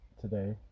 today